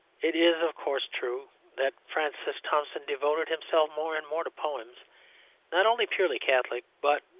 it is, of course, true that francis thompson devoted himself more and more to poems not only purely catholic, but,